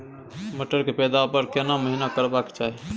मटर के पैदावार केना महिना करबा के चाही?